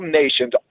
nations